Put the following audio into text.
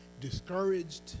discouraged